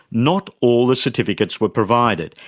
not all the certificates were provided,